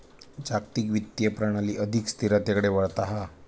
जागतिक वित्तीय प्रणाली अधिक स्थिरतेकडे वळता हा